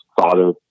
father